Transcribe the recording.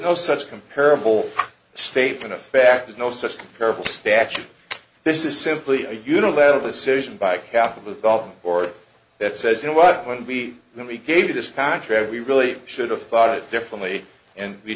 no such comparable statement of fact is no such comparable statute this is simply a unilateral decision by catabolic board that says you know what when we when we gave you this contract we really should have thought it differently and we